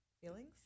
feelings